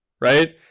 right